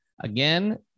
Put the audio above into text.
again